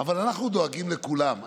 אבל אנחנו דואגים לכולם.